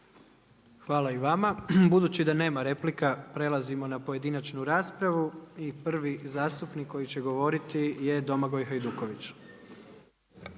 Hvala i vama. Budući da nema replika prelazimo na pojedinačnu raspravu. Prvi zastupnik koji će govoriti je Domagoj Hajduković.